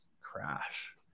Crash